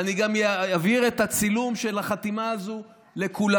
ואני גם אעביר את הצילום של החתימה הזו לכולם: